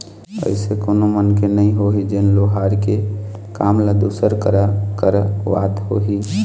अइसे कोनो मनखे नइ होही जेन लोहार के काम ल दूसर करा करवात होही